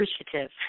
appreciative